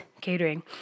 Catering